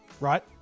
Right